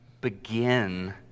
begin